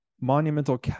monumental